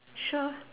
sure